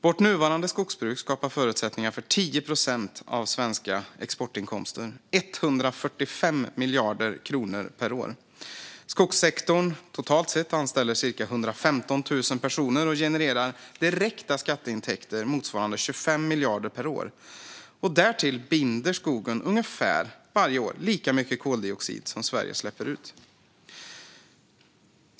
Vårt nuvarande skogsbruk skapar förutsättningar för 10 procent av de svenska exportinkomsterna, 145 miljarder kronor per år. Skogssektorn anställer totalt sett cirka 115 000 personer och genererar direkta skatteintäkter motsvarande 25 miljarder per år. Därtill binder skogen ungefär varje år lika mycket koldioxid som Sverige släpper ut.